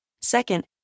Second